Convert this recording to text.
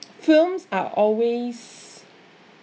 films are always